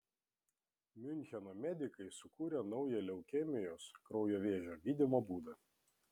miuncheno medikai sukūrė naują leukemijos kraujo vėžio gydymo būdą